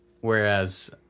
whereas